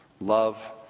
Love